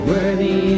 Worthy